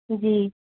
جی